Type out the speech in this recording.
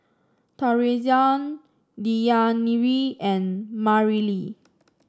Taurean Deyanira and Mareli